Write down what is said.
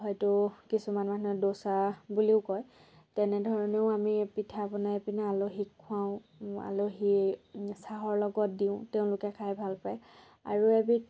হয়তো কিছুমান মানুহে দ'চা বুলিও কয় তেনে ধৰণেও আমি পিঠা বনাই পিনে আলহীক খুৱাওঁ আলহীক চাহৰ লগত দিওঁ তেওঁলোকে খাই ভাল পায় আৰু এবিধ